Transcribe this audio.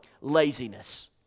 laziness